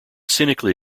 cynically